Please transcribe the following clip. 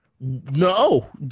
No